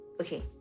Okay